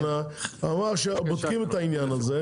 נאמר שבודקים את העניין הזה,